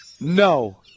No